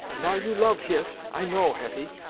now you love hist, i know, hetty,